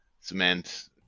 cement